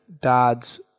dads